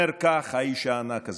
אומר כך האיש הענק הזה: